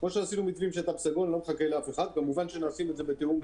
כמובן שנעשה את זה בתיאום.